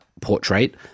portrait